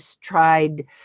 tried